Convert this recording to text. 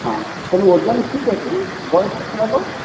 ହଁ ତେଣୁ ଓଜନ ଠିକ୍ ଅଛି ବୟସ କେତେ ହେବ